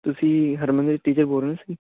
ਤੁਸੀਂ ਹਰਮਨ ਦੇ ਟੀਚਰ ਬੋਲ ਰਹੇ ਹੋ ਤੁਸੀਂ